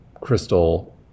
crystal